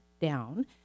down